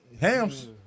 Hams